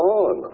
on